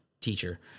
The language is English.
teacher